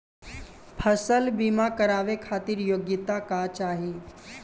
फसल बीमा करावे खातिर योग्यता का चाही?